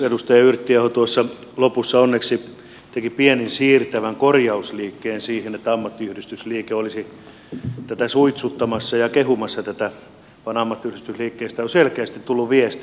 edustaja yrttiaho tuossa lopussa onneksi teki pienen siirtävän korjausliikkeen siihen että ammattiyhdistysliike olisi tätä suitsuttamassa ja kehumassa tätä vaan ammattiyhdistysliikkeestä on selkeästi tullut viesti